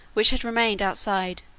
which had remained outside,